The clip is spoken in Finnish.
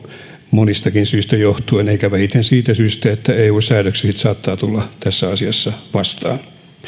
monistakin syistä johtuen eikä vähiten siitä syystä että eu säädöksetkin saattavat tulla tässä asiassa vastaan